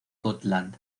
gotland